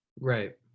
right